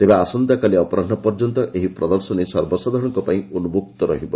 ତେବେ ଆସନ୍ତାକାଲି ଅପରାହ୍ନ ପର୍ଯ୍ୟନ୍ତ ଏହି ପ୍ରଦର୍ଶନୀ ସର୍ବସାଧାରଣଙ୍କ ପାଇଁ ଉନ୍କକ୍ତ ରହିବ